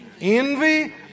Envy